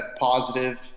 positive